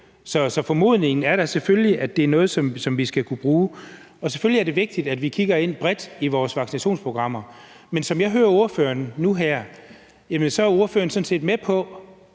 Så formodningen er da selvfølgelig, at det er noget, som vi skal kunne bruge. Selvfølgelig er det vigtigt, at vi kigger bredt ind i vores vaccinationsprogrammer, men som jeg hører ordføreren nu her, er ordføreren sådan set med på,